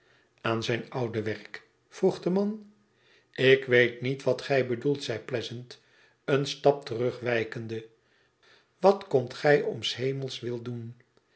aan zijn oude werk f vroeg de man ik weet niet wat gij bedoelt zei pleasant een stap terugwijkende wat komt gij om s hemels wil doen